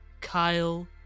Kyle